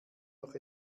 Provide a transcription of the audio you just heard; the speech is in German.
noch